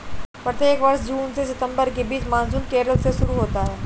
प्रत्येक वर्ष जून से सितंबर के बीच मानसून केरल से शुरू होता है